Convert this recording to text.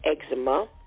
eczema